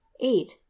eight